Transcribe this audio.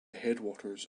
headwaters